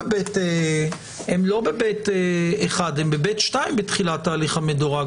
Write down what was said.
הם ב-ב'2 בתחילת ההליך המדורג?